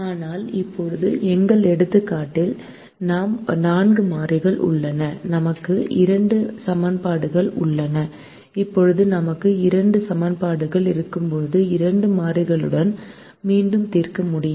ஆனால் இப்போது நம் எடுத்துக்காட்டில் நான்கு மாறிகள் உள்ளன நமக்கு இரண்டு சமன்பாடுகள் உள்ளன இப்போது நமக்கு இரண்டு சமன்பாடுகள் இருக்கும்போது இரண்டு மாறிகளுக்கு மட்டுமே தீர்க்க முடியும்